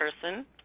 person